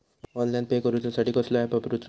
Online pay करूचा साठी कसलो ऍप वापरूचो?